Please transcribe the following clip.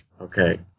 Okay